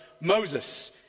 Moses